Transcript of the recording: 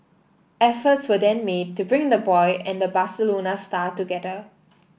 efforts were then made to bring the boy and the Barcelona star together